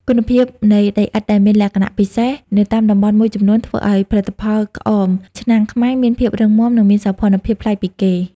គុណភាពនៃដីឥដ្ឋដែលមានលក្ខណៈពិសេសនៅតាមតំបន់មួយចំនួន ធ្វើឱ្យផលិតផលក្អមឆ្នាំងខ្មែរមានភាពរឹងមាំ និងមានសោភ័ណភាពប្លែកពីគេ។